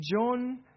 John